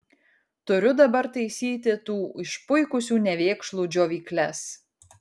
turiu dabar taisyti tų išpuikusių nevėkšlų džiovykles